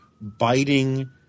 biting